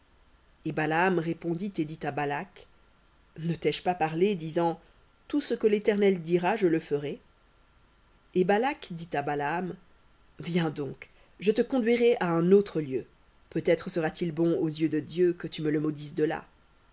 et balaam répondit et dit à balak ne t'ai-je pas parlé disant tout ce que l'éternel dira je le ferai et balak dit à balaam viens donc je te conduirai à un autre lieu peut-être sera-t-il bon aux yeux de dieu que tu me le maudisses de là